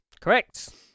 Correct